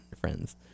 friends